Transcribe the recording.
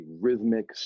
rhythmic